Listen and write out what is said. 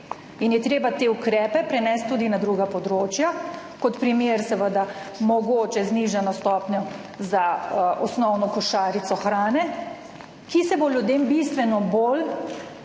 In je treba te ukrepe prenesti tudi na druga področja, kot primer, seveda, mogoče znižano stopnjo za osnovno košarico hrane, ki se bo ljudem bistveno bolj